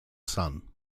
sun